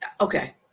Okay